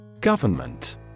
Government